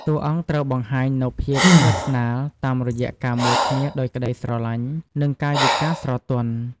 តួអង្គត្រូវបង្ហាញនូវ ភាពស្និទ្ធស្នាល តាមរយៈការមើលគ្នាដោយក្តីស្រលាញ់ និងកាយវិការស្រទន់។